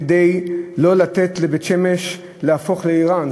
כדי לא לתת לבית-שמש להפוך לעירם.